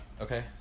Okay